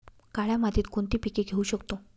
काळ्या मातीत कोणती पिके घेऊ शकतो?